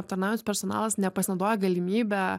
aptarnaujantis personalas nepasinaudoja galimybe